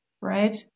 right